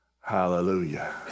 Hallelujah